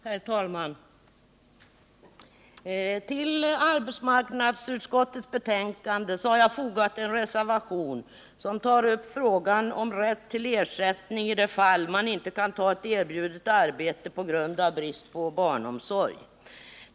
Herr talman! Till arbetsmarknadsutskottets betänkande har jag fogat en reservation som tar upp frågan om rätt till ersättning i de fall man inte kan ta ett erbjudet arbete på grund av brist på barnomsorg.